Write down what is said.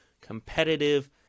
competitive